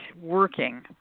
working